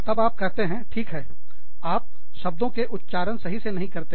तब आप कहते हैं ठीक है आप शब्दों के उच्चारण सही से नहीं करते हैं